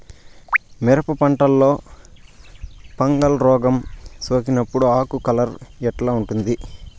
మిరప పంటలో ఫంగల్ రోగం సోకినప్పుడు ఆకు కలర్ ఎట్లా ఉంటుంది?